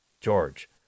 George